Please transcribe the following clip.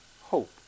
hope